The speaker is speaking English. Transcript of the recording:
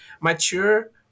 mature